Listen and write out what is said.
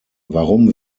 warum